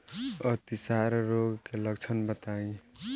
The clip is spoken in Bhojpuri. अतिसार रोग के लक्षण बताई?